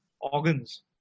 organs